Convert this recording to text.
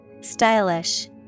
Stylish